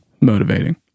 motivating